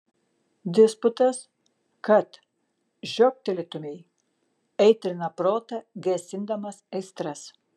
disputas kad žioptelėtumei aitrina protą gesindamas aistras